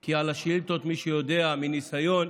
כי על השאילתות, מי שיודע, מניסיון,